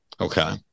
Okay